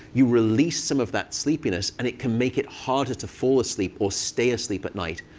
you release some of that sleepiness, and it can make it harder to fall asleep or stay asleep at night.